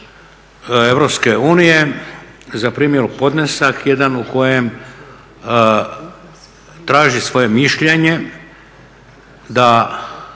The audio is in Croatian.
Europske unije zaprimilo podnesak jedan u kojem traži svoje mišljenje da